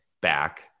back